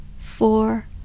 four